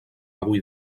avui